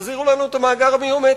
תחזירו לנו את המאגר הביומטרי.